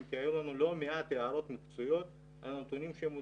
כי היו לנו לא מעט הערות מקצועיות על הנתונים שהוצגו.